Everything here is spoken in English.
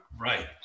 right